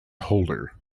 holder